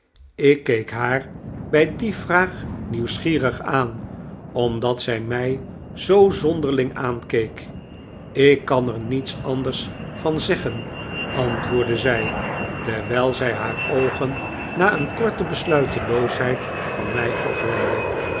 ik keek haar bij die vraag nieuwsgierig aan omdat zij mij zoo zonderling aankeek ik kan er niets anders van zeggen antwoordde zij lerwijl zij haar oogen na een korte besluiteloosheid van mij afwendde